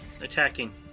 Attacking